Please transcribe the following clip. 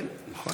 כן, נכון.